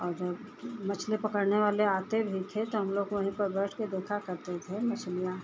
और वह मछली पकड़ने वाले आते भी थे तो हमलोग वहीं पर बैठकर देखा करते थे मछलियाँ